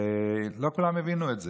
לא כולם הבינו את זה,